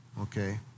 Okay